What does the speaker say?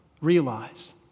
realize